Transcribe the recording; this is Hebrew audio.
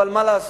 אבל מה לעשות,